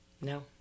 No